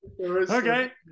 Okay